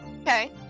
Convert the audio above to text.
Okay